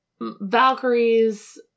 Valkyries